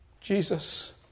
Jesus